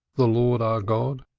the lord our god,